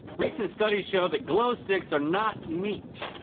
recent studies show that glow sticks are not meat.